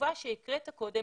התשובה שהקראת קודם